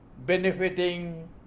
benefiting